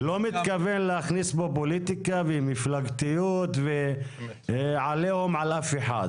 מתכוון להכניס פה פוליטיקה ומפלגתיות ועליהום על אף אחד.